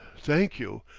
thank you.